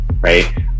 right